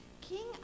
King